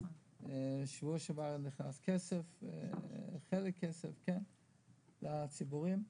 בשבוע שעבר נכנס כסף באופן חלקי לבתי החולים הציבוריים.